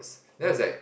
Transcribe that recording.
then I was like